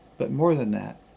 but more than that,